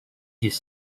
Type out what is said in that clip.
his